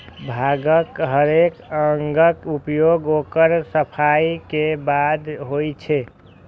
भांगक हरेक अंगक उपयोग ओकर सफाइ के बादे होइ छै